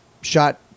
shot